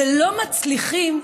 ולא מצליחים,